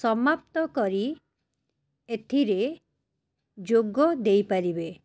ସମାପ୍ତ କରି ଏଥିରେ ଯୋଗ ଦେଇ ପାରିବେ